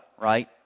right